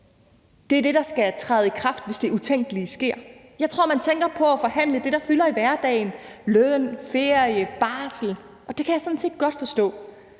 resultater hjem, der skal træde i kraft, hvis det utænkelige sker. Jeg tror, man tænker på at forhandle om det, der fylder i hverdagen, altså løn, ferie og barsel, og det kan jeg sådan set godt forstå.